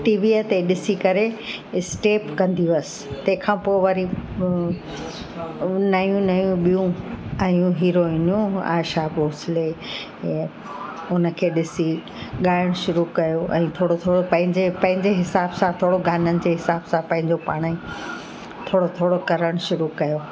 टीवीअ ते ॾिसी करे स्टैप कंदी हुअसि तंहिंखां पोइ वरी नयूं नयूं ॿियूं आहियूं हीरोइनियूं आशा भोसले उन खे ॾिसी ॻाइणु शुरू कयो ऐं थोरो थोरो पंहिंजे पंहिंजे हिसाब सां थोरो गाननि जे हिसाब सां पंहिंजो पाण ई थोरो थोरो करणु शुरू कयो